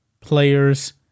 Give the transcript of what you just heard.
players